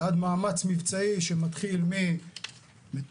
ועד מאמץ מבצעי שמתחיל ממטוסים,